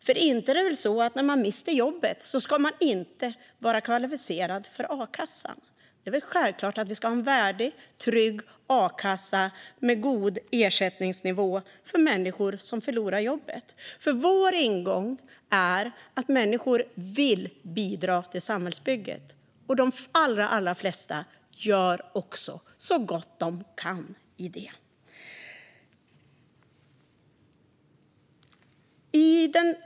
När man mister jobbet ska det väl inte vara på det sättet att man inte ska vara kvalificerad för a-kassa. Det är självklart att vi ska ha en värdig och trygg a-kassa med god ersättningsnivå för människor som förlorar jobbet. Vår ingång är att människor vill bidra till samhällsbygget. De allra flesta gör också så gott de kan i det.